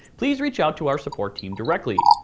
please reach out to our support team directly,